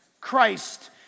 Christ